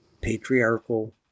patriarchal